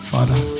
Father